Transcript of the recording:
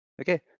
Okay